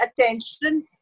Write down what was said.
attention